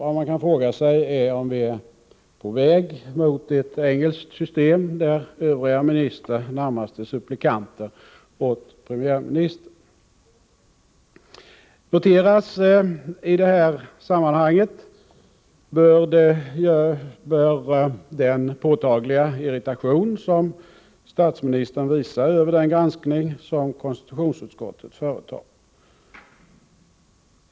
Vad man kan fråga sig är om vi är på väg mot ett engelskt system, där övriga ministrar närmast är supplikanter åt premiärministern. Noteras i detta sammanhang bör den påtagliga irritation som statsministern visar över den granskning som konstitutionsutskottet företar.